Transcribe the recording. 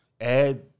add